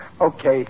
Okay